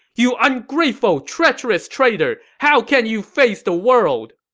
you ungrateful, treacherous traitor! how can you face the world!